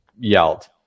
yelled